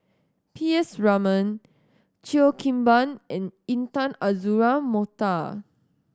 P S Raman Cheo Kim Ban and Intan Azura Mokhtar